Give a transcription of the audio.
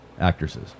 actresses